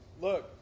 Look